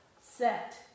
set